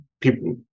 people